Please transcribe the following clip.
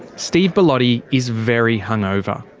steve bellotti is very hungover.